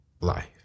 life